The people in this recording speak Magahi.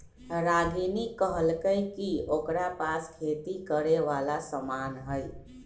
रागिनी कहलकई कि ओकरा पास खेती करे वाला समान हई